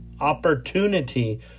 opportunity